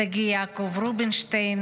שגיא יעקב רובינשטיין,